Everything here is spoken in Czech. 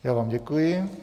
Já vám děkuji.